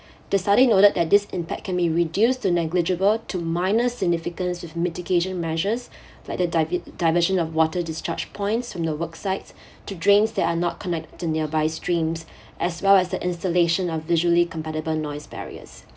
the study noted that this impact can be reduced to negligible to minor significance with mitigation measures like the dive~ diversion of water discharge points from the worksites to drains that are not connected to nearby streams as well as the installation of visually compatible noise barriers